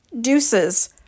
Deuces